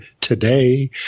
today